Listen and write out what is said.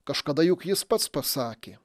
kažkada juk jis pats pasakė